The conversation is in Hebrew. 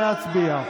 נא להצביע.